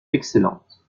excellentes